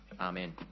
amen